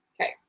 Okay